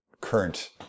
current